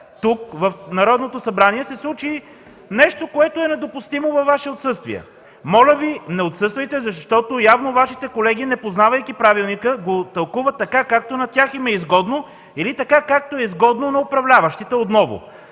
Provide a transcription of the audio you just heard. във Ваше отсъствие се случи нещо, което е недопустимо. Моля Ви, не отсъствайте, защото явно Вашите колеги, непознавайки правилника, го тълкуват, както на тях им е изгодно или така, както е изгодно на управляващите отново.